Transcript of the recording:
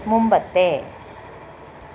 മുമ്പത്തെ